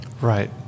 right